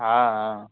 हाँ हाँ